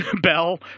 Bell